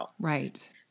Right